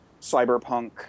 cyberpunk